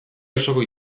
osoko